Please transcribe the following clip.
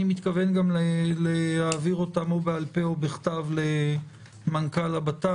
אני מתכוון גם להעביר אותם או בכתב או בעל פה למנכ"ל הבט"פ,